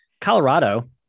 Colorado